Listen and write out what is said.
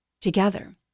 together